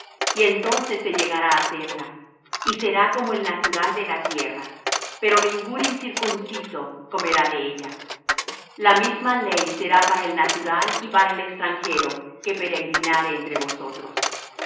y entonces se llegará á hacerla y será como el natural de la tierra pero ningún incircunciso comerá de ella la misma ley será para el natural y para el extranjero que peregrinare entre vosotros